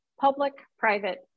public-private